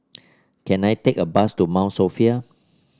can I take a bus to Mount Sophia